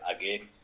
again